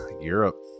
Europe